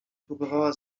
próbowała